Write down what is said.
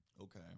Okay